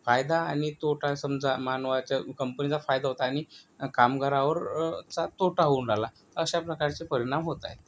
फायदा आणि तोटा समजा मानवाचा कंपनीचा फायदा होत आहे आणि कामगारावर चा तोटा होऊन राहिला अशा प्रकारचे परिणाम होत आहे